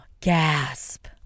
Gasp